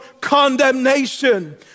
condemnation